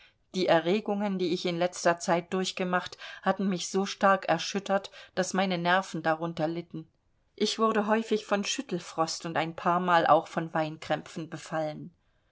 die erregungen die ich in letzter zeit durchgemacht hatten mich so stark erschüttert daß meine nerven darunter litten ich wurde häufig von schüttelfrost und ein paarmal auch von weinkrämpfen befallen